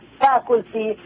faculty